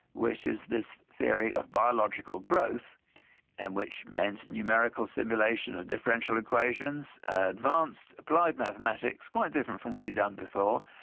which is this theory of biological growth and which meant numerical simulation of differential equations, advanced applied mathematics, quite different from what he'd done before,